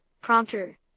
Prompter